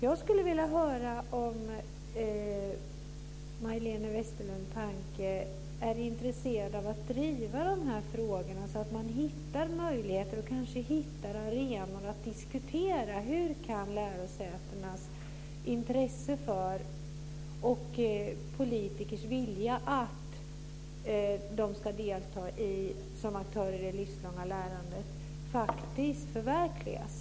Jag skulle vilja höra om Majléne Westerlund Panke är intresserad av att driva de här frågorna så att man hittar möjligheter och kanske arenor för att diskutera hur lärosätenas intresse för och politikers vilja att de ska delta som aktörer i det livslånga lärandet faktiskt förverkligas.